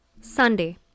Sunday